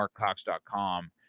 Markcox.com